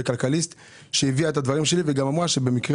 בכלכליסט שהביאה את הדברים שלי וגם אמרה שבמקרה